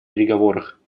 переговорах